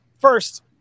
First